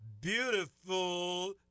beautiful